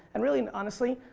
and really and honestly,